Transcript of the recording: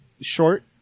Short